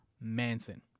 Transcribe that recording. Manson